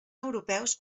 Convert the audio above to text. europeus